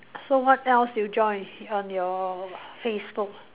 so what else do you join on your Facebook